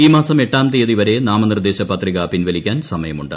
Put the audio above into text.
ഈ മാസം എട്ടാം തീയതി വരെ നാമനിർദ്ദേശ പത്രിക പിൻവലിക്കാൻ സമയമുണ്ട്